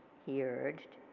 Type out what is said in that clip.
he urged,